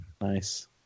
Nice